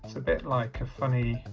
so a bit like a funny